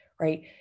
right